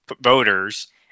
voters